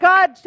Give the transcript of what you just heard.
God